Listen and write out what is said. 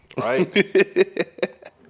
right